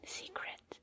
secret